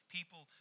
People